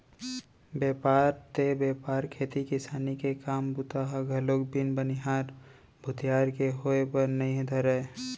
बेपार ते बेपार खेती किसानी के काम बूता ह घलोक बिन बनिहार भूथियार के होय बर नइ धरय